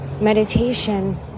Meditation